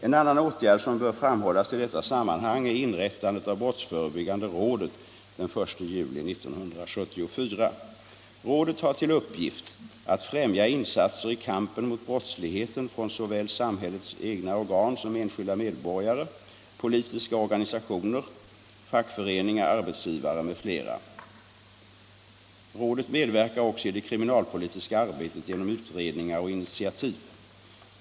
En annan åtgärd som bör framhållas i detta sammanhang är inrättandet av brottsförebyggande rådet den 1 juli 1974. Rådet har till uppgift att främja insatser i kampen mot brottsligheten från såväl samhällets egna organ som enskilda medborgare, politiska organisationer, fackföreningar, arbetsgivare m.fl. Rådet medverkar också i det kriminalpolitiska arbetet genom utredningar och initiativ.